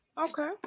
Okay